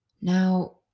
Now